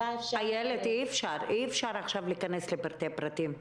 איילת, אי אפשר עכשיו להיכנס לפרטי פרטים.